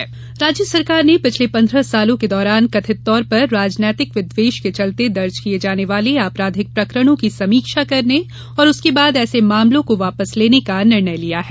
PC Sharma राज्य सरकार ने पिछले पंद्रह वर्षो के दौरान कथित तौर पर राजनैतिक विद्देष के चलते दर्ज किए जाने वाले आपराधिक प्रकरणों की समीक्षा करने और उसके बाद ऐसे मामलों को वापस लेने का निर्णय लिया है